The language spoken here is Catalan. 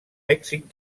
èxit